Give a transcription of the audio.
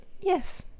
yes